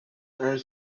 are